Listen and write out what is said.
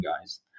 guys